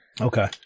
Okay